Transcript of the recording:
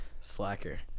Slacker